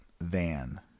van